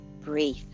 breathe